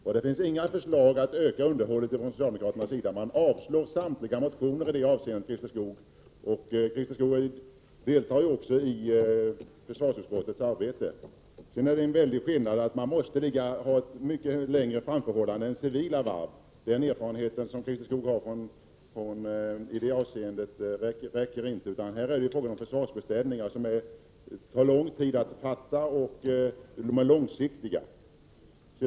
Och det finns inga förslag från socialdemokraternas sida om att öka underhållet, utan man avstyrker samtliga motioner i det avseendet. Christer Skoog deltar ju också i försvarsutskottets arbete. Sedan måste man ha ett mycket längre framförhållande än civila varv. Den erfarenhet som Christer Skoog har i detta avseende räcker inte. Här är det ju fråga om försvarsbeställningar, som det tar lång tid att besluta om och som är långsiktiga.